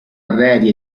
arredi